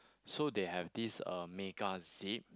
so they have this uh mega zip